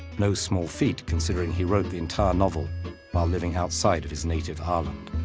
no small feat considering he wrote the entire novel while living outside of his native ireland.